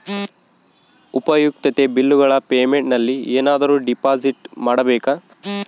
ಉಪಯುಕ್ತತೆ ಬಿಲ್ಲುಗಳ ಪೇಮೆಂಟ್ ನಲ್ಲಿ ಏನಾದರೂ ಡಿಪಾಸಿಟ್ ಮಾಡಬೇಕಾ?